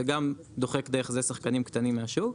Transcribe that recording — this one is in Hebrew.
וגם דוחק דרך זה שחקנים קטנים מהשוק,